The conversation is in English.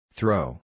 Throw